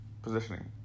positioning